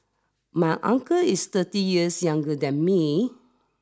my uncle is thirty years younger than me